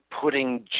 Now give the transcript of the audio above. putting